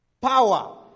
power